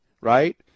right